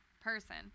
person